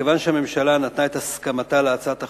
מכיוון שהממשלה נתנה את הסכמתה להצעת החוק,